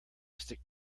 stick